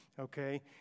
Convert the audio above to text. okay